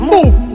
Move